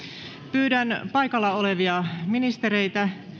pyydän paikalla olevia ministereitä